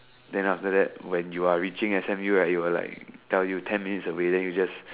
then after that when you are reaching S_M_U right it will like tell you ten minutes away then you just